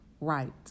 right